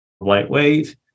lightweight